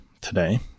today